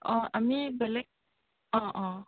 অঁ আমি বেলেগ অঁ অঁ